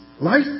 Life